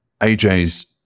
AJ's